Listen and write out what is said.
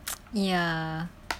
ya